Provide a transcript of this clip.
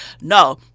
No